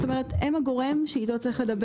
זאת אומרת, הם הגורם שאיתו צריך לדבר.